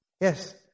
Yes